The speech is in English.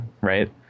right